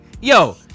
yo